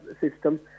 system